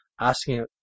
asking